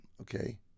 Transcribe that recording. okay